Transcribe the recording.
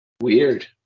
Weird